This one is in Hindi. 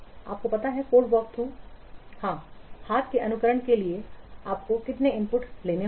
आपको पता है कि कोड वॉकथ्रू हां हाथ के अनुकरण के लिए आपको कितने इनपुट लेने होंगे